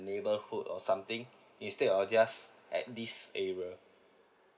neighbourhood or something instead of just at this area